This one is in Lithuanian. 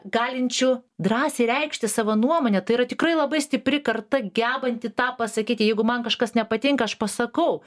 galinčių drąsiai reikšti savo nuomonę tai yra tikrai labai stipri karta gebanti tą pasakyti jeigu man kažkas nepatinka aš pasakau